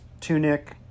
tunic